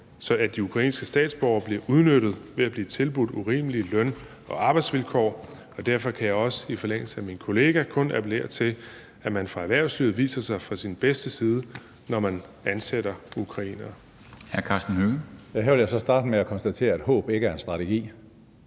at de ukrainske statsborgere bliver udnyttet ved at blive tilbudt urimelige løn- og arbejdsvilkår. Derfor kan jeg også i forlængelse af min kollega kun appellere til, at man fra erhvervslivet viser sig fra sin bedste side, når man ansætter ukrainere. Kl. 14:10 Formanden (Henrik Dam Kristensen):